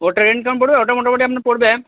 ওটার পড়বে ওটা মোটামুটি আপনার পড়বে